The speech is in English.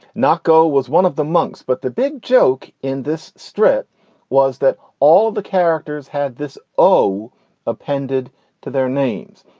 nocco was one of the monks, but the big joke in this strip was that all of the characters had this oh appended to their names.